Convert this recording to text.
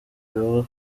bivugwa